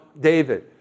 David